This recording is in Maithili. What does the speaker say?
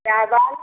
चावल